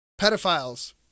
Pedophiles